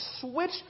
switch